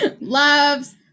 loves